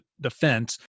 defense